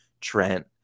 Trent